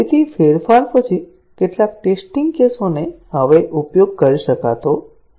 તેથી ફેરફાર પછી કેટલાક ટેસ્ટીંગ કેસોનો હવે ઉપયોગ કરી શકાતો નથી